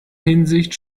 hinsicht